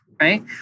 Right